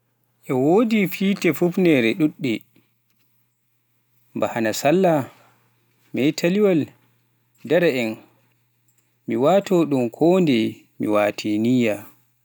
E wodi fiita hunfneeje ɗuɗɗe, baa hanasalla, metaliwal, daraaen, mi watooɗun kondeye watii niyya.